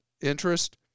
interest